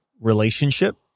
relationship